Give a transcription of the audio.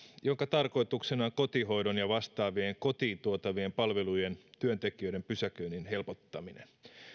jonka tarkoituksena on kotihoidon ja vastaavien kotiin tuotavien palvelujen työntekijöiden pysäköinnin helpottaminen